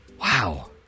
Wow